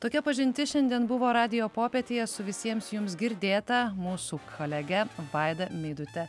tokia pažintis šiandien buvo radijo popietėje su visiems jums girdėta mūsų kolege vaida meidute